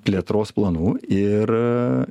plėtros planų ir